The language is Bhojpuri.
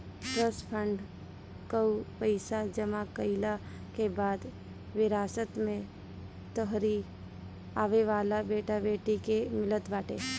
ट्रस्ट फंड कअ पईसा जमा कईला के बाद विरासत में तोहरी आवेवाला बेटा बेटी के मिलत बाटे